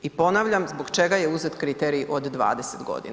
I ponavljam, zbog čega je uzet kriterij od 20 godina?